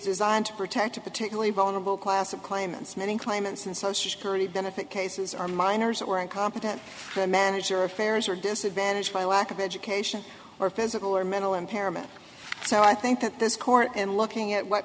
designed to protect a particularly vulnerable class of claimants many claimants and social security benefit cases are miners that were incompetent to manage their affairs were disadvantaged by lack of education or physical or mental impairment so i think that this court and looking at what